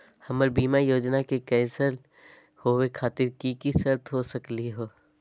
हमर बीमा योजना के कैन्सल होवे खातिर कि कि शर्त हो सकली हो?